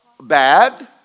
Bad